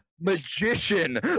magician